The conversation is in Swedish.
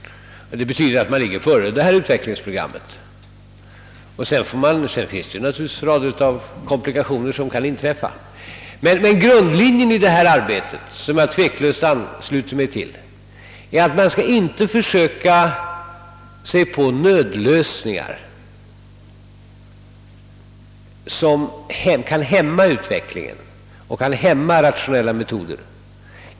Det betyder att man ligger före detta utvecklingsprogram om inga komplikationer tillstöter. Grundlinjen i detta arbete, som jag tveklöst ansluter mig till, är emellertid att man inte skall försöka sig på nödlösningar som sedan kan hämma utvecklingen och hämma införandet av rationella metoder.